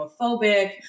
homophobic